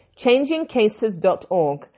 changingcases.org